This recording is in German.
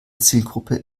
zielgruppe